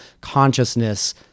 consciousness